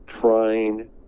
trying